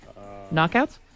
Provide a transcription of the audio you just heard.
Knockouts